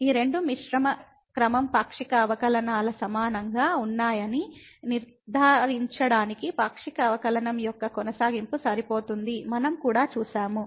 ఈ రెండు మిశ్రమ క్రమం పాక్షిక అవకలనాల సమానంగా ఉన్నాయని నిర్ధారించడానికి పాక్షిక అవకలనం యొక్క కొనసాగింపు సరిపోతుందని మనం కూడా చూశాము